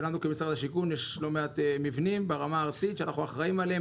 ולנו כמשרד השיכון יש לא מעט מבנים ברמה הארצית שאנחנו אחראים עליהם,